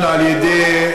על-ידי,